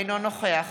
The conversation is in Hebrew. אינו נוכח